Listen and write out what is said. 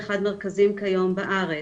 21 מרכזים כיום בארץ,